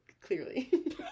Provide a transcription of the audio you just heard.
Clearly